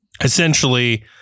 essentially